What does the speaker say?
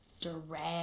direct